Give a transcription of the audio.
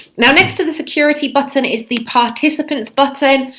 now next to the security button is the participants button.